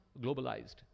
globalized